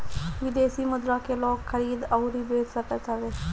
विदेशी मुद्रा के लोग खरीद अउरी बेच सकत हवे